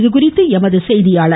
இதுகுறித்து எமது செய்தியாளர்